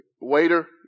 waiter